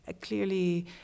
clearly